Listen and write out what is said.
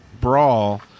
Brawl